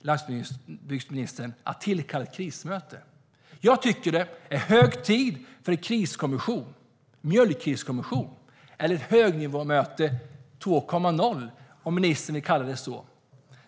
landsbygdsministern, att tillkalla ett krismöte? Jag tycker att det är hög tid för en mjölkkriskommission eller ett högnivåmöte 2.0 - om ministern vill kalla det så.